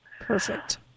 Perfect